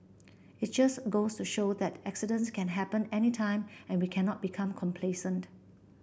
it just goes to show that accidents can happen anytime and we cannot become complacent